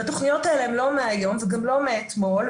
התוכניות האלה הן לא מהיום ולא מאתמול.